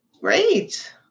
great